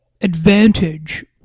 advantage